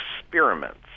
experiments